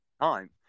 time